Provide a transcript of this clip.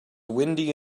windy